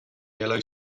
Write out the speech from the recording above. yellow